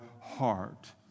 heart